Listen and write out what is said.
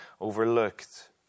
overlooked